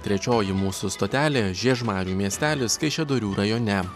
trečioji mūsų stotelė žiežmarių miestelis kaišiadorių rajone